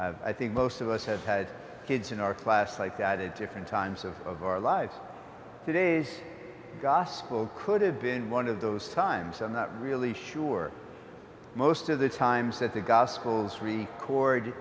i think most of us have had kids in our class like that it different times of of our lives today's gospel could have been one of those times i'm not really sure most of the times that the gospels record